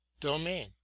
domain